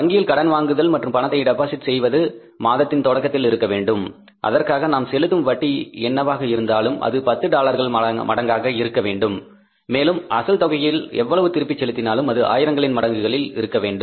வங்கியில் கடன் வாங்குதல் மற்றும் பணத்தை டெபாசிட் செய்வது மாதத்தின் தொடக்கத்தில் இருக்க வேண்டும் அதற்காக நாம் செலுத்தும் வட்டி என்னவாக இருந்தாலும் அது 10 டாலர்களில் மடங்காக இருக்க வேண்டும் மேலும் அசல் தொகையில் எவ்வளவு திருப்பி செலுத்தினாலும் அது ஆயிரங்களின் மடங்குகளில் இருக்க வேண்டும்